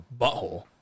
butthole